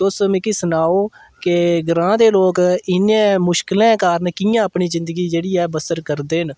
तुस मिकी सनाओ के ग्रांऽ दे लोक इ'नें मुश्कलें कारण कि'यां अपनी ज़िन्दगी जेह्ड़ी ऐ बसर करदे न